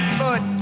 foot